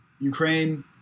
Ukraine